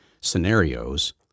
scenarios